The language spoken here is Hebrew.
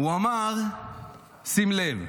שים לב,